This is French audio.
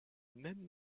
même